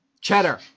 Cheddar